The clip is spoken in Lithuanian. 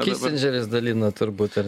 kisindžeris dalina turbūt ar